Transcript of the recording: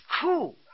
cool